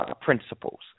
principles